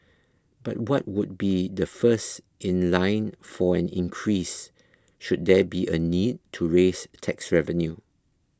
but what would be the first in line for an increase should there be a need to raise tax revenue